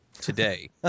today